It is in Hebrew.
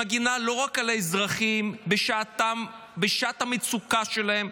שמגנה לא רק על האזרחים בשעת המצוקה שלהם,